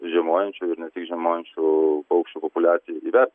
žiemojančių ir ne tik žiemojančių paukščių populiacijai įver